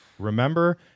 Remember